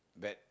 bad